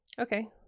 Okay